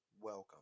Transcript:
Welcome